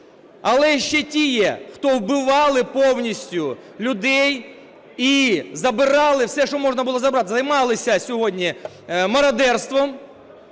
Але ще ті є, хто вбивали повністю людей і забирали все, що можна було забрати, займалися сьогодні мародерством,